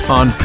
on